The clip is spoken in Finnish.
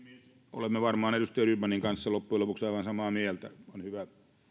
olemme varmaan edustaja rydmanin kanssa loppujen lopuksi aivan samaa mieltä on hyvä